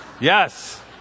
Yes